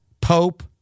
Pope